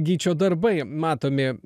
gyčio darbai matomi